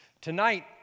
tonight